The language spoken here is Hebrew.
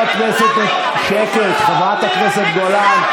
שקט, חברת הכנסת גולן.